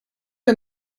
der